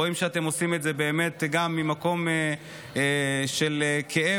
רואים שאתם עושים את זה באמת גם ממקום של כאב